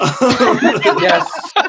Yes